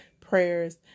prayers